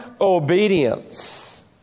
obedience